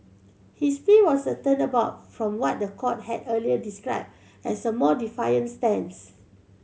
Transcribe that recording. his plea was a turnabout from what the court had earlier described as a more defiant stance